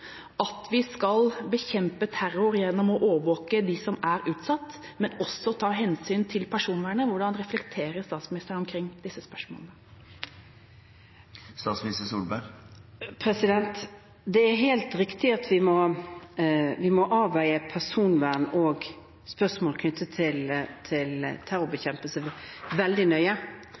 at vi skal bekjempe terror gjennom å overvåke dem som er utsatt, men også ta hensyn til personvernet: Hvordan reflekterer statsministeren omkring disse spørsmålene? Det er helt riktig at vi må avveie personvern og spørsmål knyttet til terrorbekjempelse veldig nøye